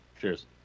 Cheers